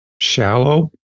shallow